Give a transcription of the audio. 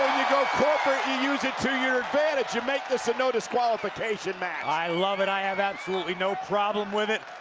you go corporate, you use it to your advantage. you make this a no disqualification match. i love it, i have absolutely no problem with it.